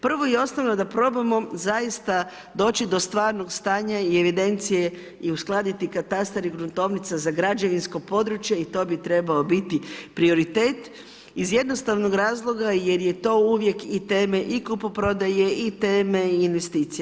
Prvo i osnovno da probamo zaista doći do stvarnog stanja i evidencije i uskladiti katastar i gruntovnica za građevinsko područje i to bi trebao biti prioritet iz jednostavnog razloga jer je to uvijek i teme i kupoprodaje i teme investicija.